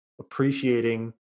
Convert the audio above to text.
appreciating